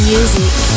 Music